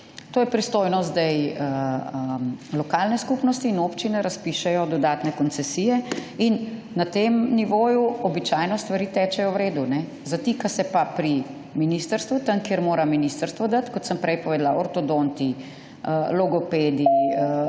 To je pristojnost zdaj lokalne skupnosti in občine razpišejo dodatne koncesije in na tem nivoju običajno stvari tečejo v redu. Zatika se pa pri ministrstvu, tam kjer mora ministrstvo dati, kot sem prej povedala, ortodonti, logopedi,